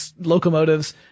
locomotives